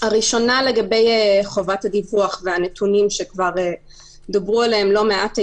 הראשונה לגבי חובת הדיווח והנתונים שכבר דיברו עליהם לא מעט היום.